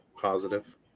positive